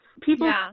People